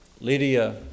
Lydia